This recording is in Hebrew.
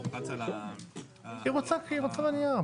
כי היא רוצה נייר.